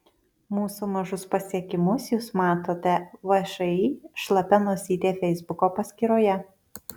mūsų mažus pasiekimus jūs matote všį šlapia nosytė feisbuko paskyroje